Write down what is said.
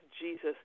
Jesus